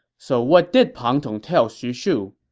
so what did pang tong tell xu shu?